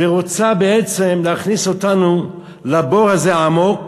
רוצה להכניס אותנו לבור הזה עמוק,